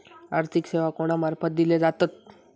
आर्थिक सेवा कोणा मार्फत दिले जातत?